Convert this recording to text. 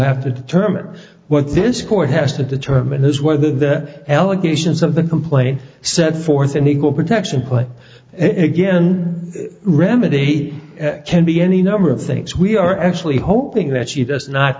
have to determine what this court has to determine is whether the allegations of the complaint set forth and equal protection put it again remedy can be any number of things we are actually hoping that she does not